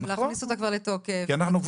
להכניס אותה כבר לתוקף.